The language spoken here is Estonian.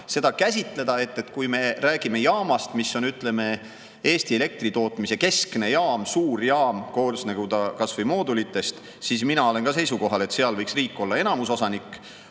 seda käsitleda. Kui me räägime jaamast, mis on, ütleme, Eesti elektritootmise keskne jaam, suur jaam, koosnegu ta kas või moodulitest, siis mina olen ka seisukohal, et seal võiks riik olla enamusosanik.